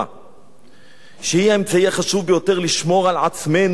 שהיא האמצעי החשוב ביותר לשמור על עצמנו או מולדתנו.